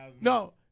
No